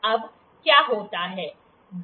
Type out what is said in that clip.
अब क्या होता है